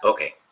Okay